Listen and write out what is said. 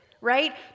right